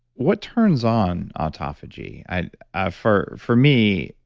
what turns on autophagy? and ah for for me,